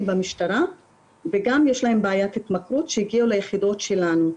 במשטרה וגם יש להם בעיית התמכרות שהגיעו ליחידות שלנו.